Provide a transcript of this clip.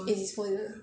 it's his phone lah